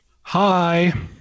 Hi